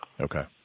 Okay